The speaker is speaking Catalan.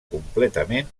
completament